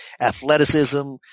athleticism